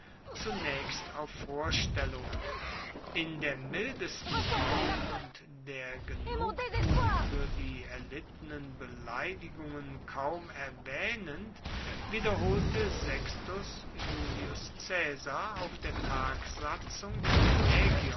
zunächst auf vorstellungen in der mildesten form und der genugtuung für die erlittenen beleidigungen kaum erwähnend wiederholte sextus iulius caesar auf der tagsatzung in